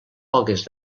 poques